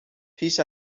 پیش